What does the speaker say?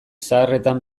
zaharretan